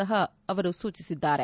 ಸಹ ಅವರು ಸೂಚಿಸಿದ್ದಾರೆ